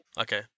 Okay